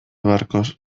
barkos